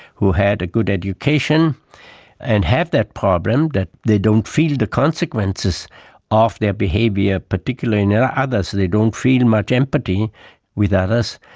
who had a good education and have that problem that they don't feel the consequences of their behaviour, particularly in yeah others they don't feel and much empathy with others,